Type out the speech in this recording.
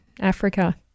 Africa